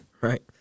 Right